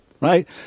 right